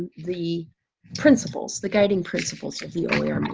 and the principles, the guiding principles of the oer movement.